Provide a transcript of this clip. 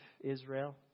Israel